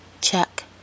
Check